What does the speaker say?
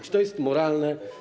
Czy to jest moralne?